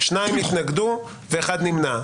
שניים התנגדו ואחד נמנע.